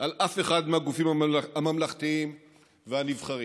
על אף אחד מהגופים הממלכתיים והנבחרים.